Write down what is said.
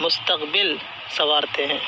مستقبل سنوارتے ہیں